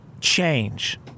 change